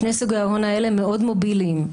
שני סוגי ההון האלה מאוד מוביליים.